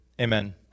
Amen